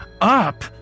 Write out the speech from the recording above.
up